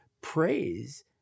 praise